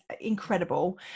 incredible